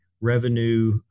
revenue